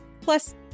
Plus